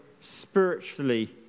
spiritually